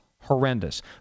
horrendous